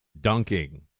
dunking